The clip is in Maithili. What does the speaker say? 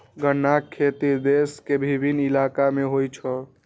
गन्नाक खेती देश के विभिन्न इलाका मे होइ छै